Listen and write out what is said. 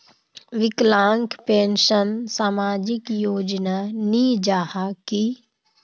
विकलांग पेंशन सामाजिक योजना नी जाहा की?